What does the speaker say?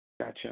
Gotcha